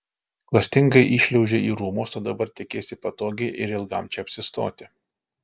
klastingai įšliaužei į rūmus o dabar tikiesi patogiai ir ilgam čia apsistoti